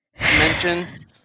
mention